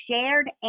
shared